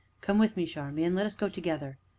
come with me, charmian let us go together.